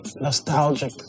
nostalgic